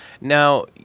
Now